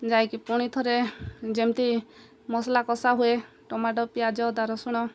ଯାଇକି ପୁଣି ଥରେ ଯେମିତି ମସଲା କଷା ହୁଏ ଟମାଟୋ ପିଆଜ ଅଦା ରସୁଣ